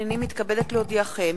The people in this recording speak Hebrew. הנני מתכבדת להודיעכם,